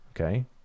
okay